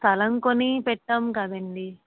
స్థలం కొని పెట్టాము కదండీ